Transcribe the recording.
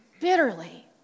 bitterly